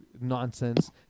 nonsense